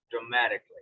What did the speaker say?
dramatically